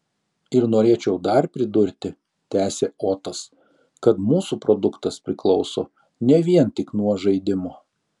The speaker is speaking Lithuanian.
ir norėčiau dar pridurti tęsė otas kad mūsų produktas priklauso ne vien tik nuo žaidimo